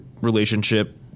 relationship